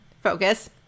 focus